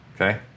okay